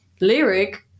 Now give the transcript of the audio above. lyric